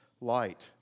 light